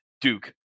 Duke